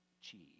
cheese